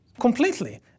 Completely